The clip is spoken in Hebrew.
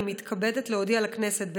אני מתכבדת להודיע לכנסת,